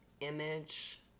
image